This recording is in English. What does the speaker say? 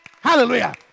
Hallelujah